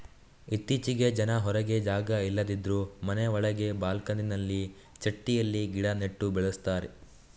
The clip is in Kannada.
ಇತ್ತೀಚೆಗೆ ಜನ ಹೊರಗೆ ಜಾಗ ಇಲ್ಲದಿದ್ರೂ ಮನೆ ಒಳಗೆ ಬಾಲ್ಕನಿನಲ್ಲಿ ಚಟ್ಟಿಯಲ್ಲಿ ಗಿಡ ನೆಟ್ಟು ಬೆಳೆಸ್ತಾರೆ